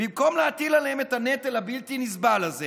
במקום להטיל עליהם את הנטל הבלתי-נסבל הזה